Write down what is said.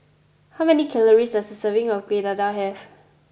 how many calories does a serving of Kuih Dadar have